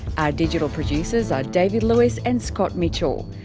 our digital producers are david lewis and scott mitchell.